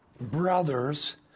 Brothers